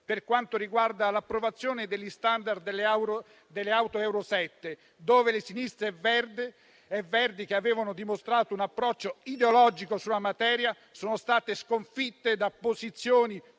per quanto riguarda l'approvazione degli *standard* delle auto Euro 7, dove le sinistre e i verdi, che avevano dimostrato un approccio ideologico sulla materia, sono stati sconfitti da posizioni